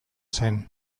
zen